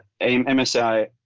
MSI